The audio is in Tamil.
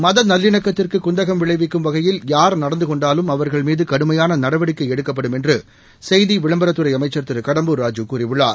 மதநல்லிணக்கத்துக்குகுந்தகம் விளைவிக்கும் வகையில் யா் நடந்துகொண்டாலும் அவர்கள் மீதுகடுமையானநடவடிக்கைஎடுக்கப்படும் என்றுசெய்திவிளம்பரத்துறைஅமைச்சன் திருகடம்பூர் ராஜு கூறியுள்ளார்